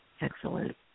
Excellent